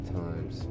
times